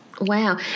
Wow